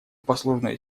послужной